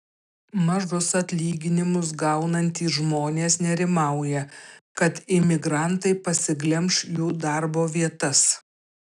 mažus atlyginimus gaunantys žmonės nerimauja kad imigrantai pasiglemš jų darbo vietas